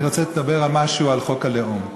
אני רציתי לדבר על חוק הלאום.